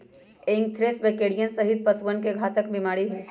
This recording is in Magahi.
एंथ्रेक्स बकरियन सहित पशुअन के घातक बीमारी हई